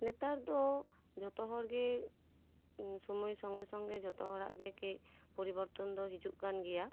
ᱱᱮᱛᱟᱨ ᱫᱚ ᱡᱚᱛᱚ ᱦᱚᱲᱜᱮ ᱥᱚᱢᱚᱭ ᱥᱚᱝᱜᱮ ᱥᱚᱝᱜᱮ ᱡᱚᱛᱚ ᱦᱚᱲᱟᱜ ᱜᱮ ᱠᱟᱺᱪ ᱯᱚᱨᱤᱵᱚᱨᱛᱚᱱ ᱫᱚ ᱦᱤᱡᱩᱜ ᱠᱟᱱ ᱜᱮᱭᱟ